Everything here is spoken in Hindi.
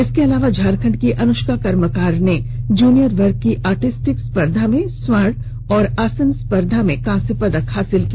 इसके अलावा झारखंड की अनुष्का कर्मकार ने जूनियर वर्ग की आर्टिस्टिक स्पर्द्धा में स्वर्ण और आसन स्पर्द्धा का कास्य पदक हासिल किया